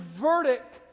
verdict